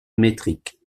métrique